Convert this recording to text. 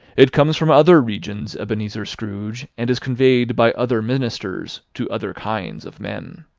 it comes from other regions, ebenezer scrooge, and is conveyed by other ministers, to other kinds of men.